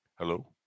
Hello